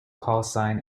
callsign